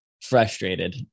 frustrated